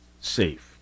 safe